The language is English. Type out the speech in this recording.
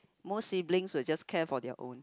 most siblings will just care for their own